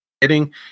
hitting